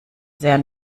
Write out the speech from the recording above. sehr